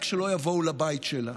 רק שלא יבואו לבית שלה.